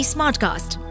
Smartcast